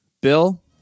Bill